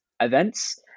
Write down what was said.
events